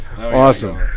Awesome